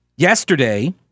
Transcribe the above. Yesterday